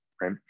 right